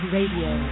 Radio